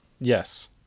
Yes